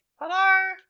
Hello